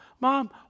mom